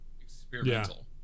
experimental